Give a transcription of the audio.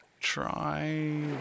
try